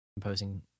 composing